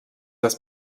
das